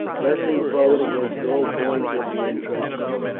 pressing forward against all points of the intrenchment.